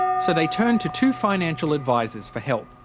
so they turned to two financial advisers for help.